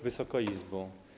Wysoka Izbo!